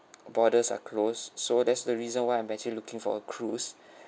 borders are closed so that's the reason why I'm actually looking for a cruise